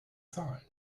zahlen